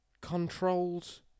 controls